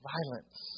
Violence